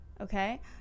okay